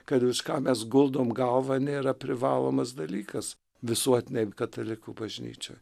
kad už ką mes guldom galva nėra privalomas dalykas visuotinėj katalikų bažnyčioj